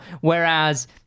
Whereas